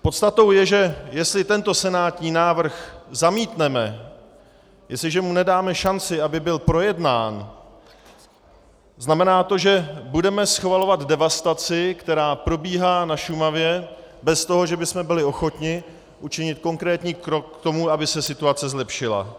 Podstatou je, že jestli tento senátní návrh zamítneme, jestliže mu nedáme šanci, aby byl projednán, znamená to, že budeme schvalovat devastaci, která probíhá na Šumavě, bez toho, že bychom byli ochotni učinit konkrétní krok k tomu, aby se situace zlepšila.